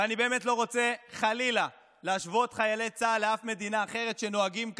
ואני באמת לא רוצה חלילה להשוות חיילי צה"ל לאף מדינה אחרת שנוהגים כך,